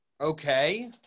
Okay